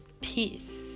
peace